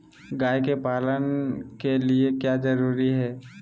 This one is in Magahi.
गाय के पालन के लिए क्या जरूरी है?